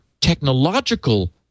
technological